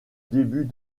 début